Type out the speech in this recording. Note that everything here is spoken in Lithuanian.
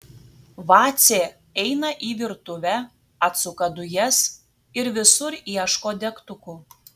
vacė eina į virtuvę atsuka dujas ir visur ieško degtukų